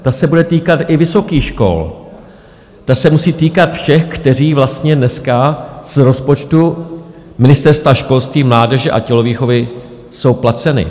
Ta se bude týkat i vysokých škol, ta se musí týkat všech, kteří vlastně dneska z rozpočtu Ministerstva školství, mládeže a tělovýchovy jsou placeni.